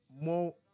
more